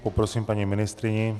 Poprosím paní ministryni.